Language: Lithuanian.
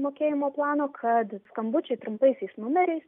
mokėjimo plano kad skambučiai trumpaisiais numeriais